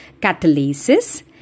catalysis